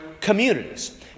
communities